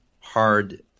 hard